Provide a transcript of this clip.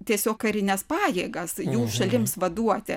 tiesiog karines pajėgas jų šalims vaduoti